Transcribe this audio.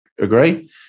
Agree